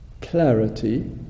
clarity